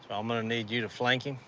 um i'm gonna need you to flank him.